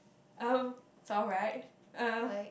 uh it's alright uh